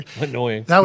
Annoying